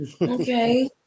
okay